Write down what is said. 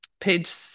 Page